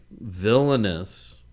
villainous